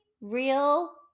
real